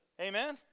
Amen